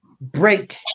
break